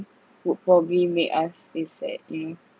would probably make us feel sad you know